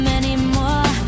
anymore